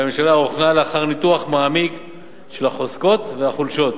הוכנה לאחר ניתוח מעמיק של החוזקות והחולשות